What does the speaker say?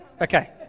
Okay